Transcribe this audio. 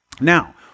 Now